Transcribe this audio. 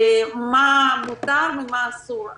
מה מותר ומה אסור.